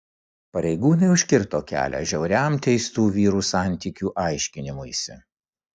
pareigūnai užkirto kelią žiauriam teistų vyrų santykių aiškinimuisi